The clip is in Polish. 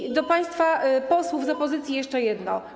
I do państwa posłów z opozycji jeszcze jedno.